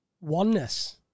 oneness